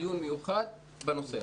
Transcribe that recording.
דיון מיוחד בנושא הזה.